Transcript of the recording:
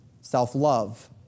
self-love